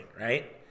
right